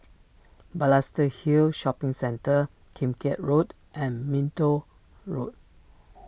Balestier Hill Shopping Centre Kim Keat Road and Minto Road